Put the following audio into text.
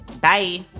Bye